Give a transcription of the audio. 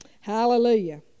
Hallelujah